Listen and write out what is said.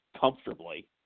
comfortably